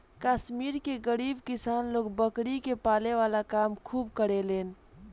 कश्मीर के गरीब किसान लोग बकरी के पाले वाला काम खूब करेलेन